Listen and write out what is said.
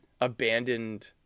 abandoned